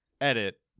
Edit